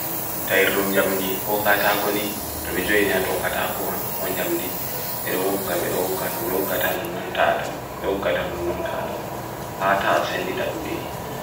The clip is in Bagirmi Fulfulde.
Tair rum jamdi, koka ta koni, to bi jo yine adoka ta kovan kon jamdi, beroga beroga no, yoga ta nunun taata, yoga ta nunun taata. Haata ascendi tadum didi.